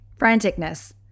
Franticness